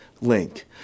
link